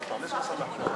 צריך לנסוע על חשבונו,